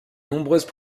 nombreuses